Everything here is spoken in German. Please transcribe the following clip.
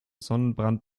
sonnenbrand